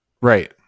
Right